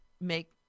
make